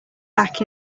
back